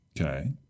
Okay